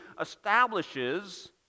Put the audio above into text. establishes